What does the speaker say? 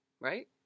right